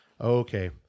Okay